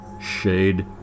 shade